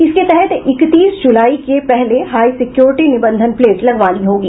इसके तहत इकतीस जुलाई के पहले हाई सिक्योरिटी निबंधन प्लेट लगवानी होगी